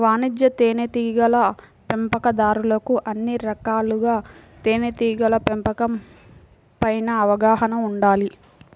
వాణిజ్య తేనెటీగల పెంపకందారులకు అన్ని రకాలుగా తేనెటీగల పెంపకం పైన అవగాహన ఉండాలి